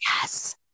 Yes